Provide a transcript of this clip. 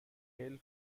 hails